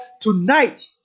tonight